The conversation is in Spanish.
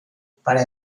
para